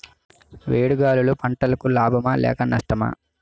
వేడి గాలులు పంటలకు లాభమా లేక నష్టమా?